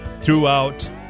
throughout